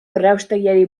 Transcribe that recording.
erraustegiari